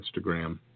Instagram